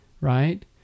right